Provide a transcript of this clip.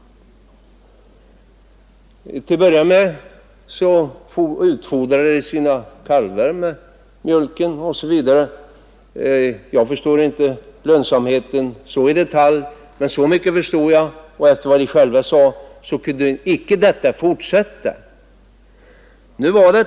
Till att börja med utfordrade de sina kalvar med mjölk. Jag förstår inte lönsamhetsfrågorna i detalj, men så mycket förstod jag — efter vad de själva sade — att detta inte kunde fortsätta.